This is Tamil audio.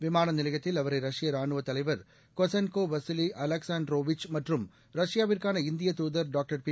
விமான நிலையத்தில் அவரை ரஷ்ய ரானுவ தலைவர் கொசென்கோ வசிலி அலெக்சாண்ட்ரோவிச் மற்றும் ரஷ்பாவிற்கான இந்திய தூதர் டாகட்ர் பி